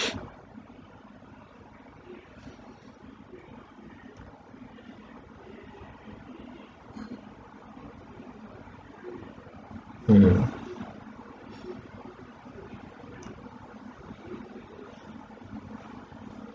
mm